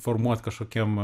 formuot kažkokiem